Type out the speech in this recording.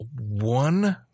One